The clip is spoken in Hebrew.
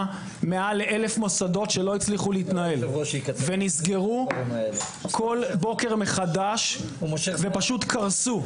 מעל ל-1,000 מוסדות שלא הצליחו להתנהל ונסגרו כל בוקר מחדש ופשוט קרסו.